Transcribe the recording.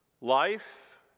Life